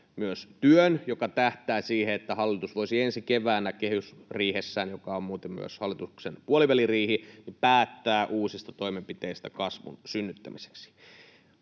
myös työn, joka tähtää siihen, että hallitus voisi ensi keväänä kehysriihessään, joka on muuten myös hallituksen puoliväliriihi, päättää uusista toimenpiteistä kasvun synnyttämiseksi.